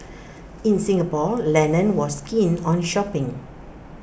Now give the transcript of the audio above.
in Singapore Lennon was keen on shopping